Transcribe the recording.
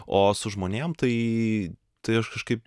o su žmonėm tai tai aš kažkaip